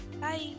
Bye